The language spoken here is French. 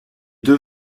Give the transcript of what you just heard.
deux